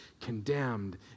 condemned